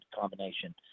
combination